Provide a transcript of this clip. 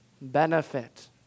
Benefit